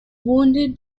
wounded